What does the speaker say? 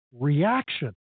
reaction